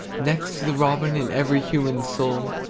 next to the robin in every human soul.